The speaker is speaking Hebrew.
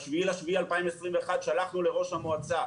ב-7 ליולי 2021 שלחנו לראש המועצה,